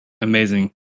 amazing